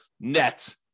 net